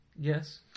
Yes